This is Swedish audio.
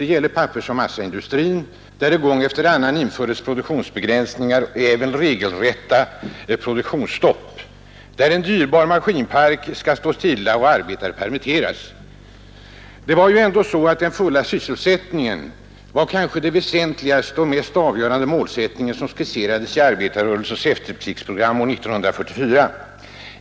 Det gäller pappersoch massaindustrin, där det gång efter annan införs produktionsbegränsningar och även regelrätta produktionsstopp och där en dyrbar maskinpark skall stå stilla och arbetare permitteras. Den fulla sysselsättningen var kanske ändå den väsentligaste och mest avgörande målsättning som skisserades i arbetarrörelsens efterkrigsprogram år 1944.